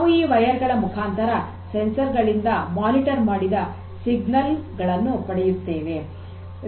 ನಾವು ಈ ತಂತಿಗಳ ಮುಖಾಂತರ ಸಂವೇದಕಗಳಿಂದ ಮೇಲ್ವಿಚಾರಣೆ ಮಾಡಿದ ಸಿಗ್ನಲ್ ಗಳನ್ನು ಪಡೆಯುತ್ತೇವೆ